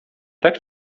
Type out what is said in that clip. tak